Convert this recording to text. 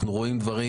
אנחנו רואים דברים